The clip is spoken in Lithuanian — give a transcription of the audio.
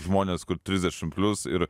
žmones kur trisdešim plius ir